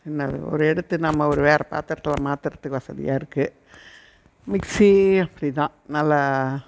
ஒரு எடுத்து நம்ம ஒரு வேறு பாத்திரத்தில் மாற்றுறத்துக்கு வசதியாக இருக்குது மிக்சி அப்படிதான் நல்லா